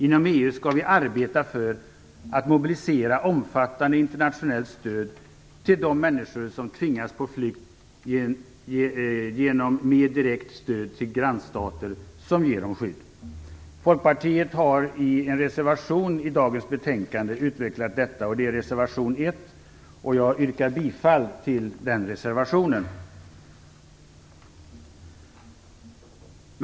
Inom EU skall vi arbeta för en mobilisering av omfattande internationellt stöd till de människor som tvingas på flykt genom direkt stöd till grannstater som ger dem skydd. Folkpartiet har i en reservation i dagens betänkande utvecklat detta, nämligen i reservation 1. Jag yrkar bifall till den reservationen.